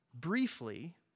briefly